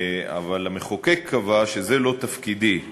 אבל המחוקק קבע שזה לא תפקידי.